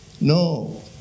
No